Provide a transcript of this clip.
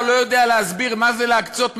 לא יודע להסביר מה זה "להקצות משאבים".